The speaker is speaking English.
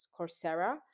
coursera